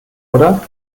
oder